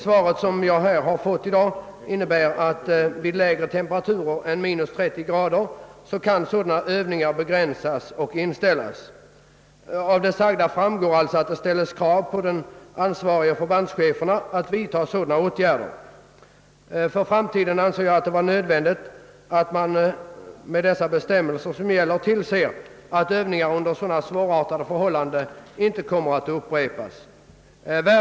Svaret innebär att vid lägre temperaturer än — 30? kan sådana övningar begränsas eller inställas. Av det sagda framgår alltså att det ställs krav på att de ansvariga förbandscheferna vidtar sådana åtgärder. Jag anser det vara nödvändigt att man för framtiden i enlighet med dessa bestämmelser tillser att övningar under så svårartade förhållanden som i det här nämnda inte kommer att upprepas.